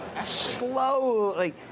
slowly